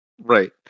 Right